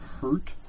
hurt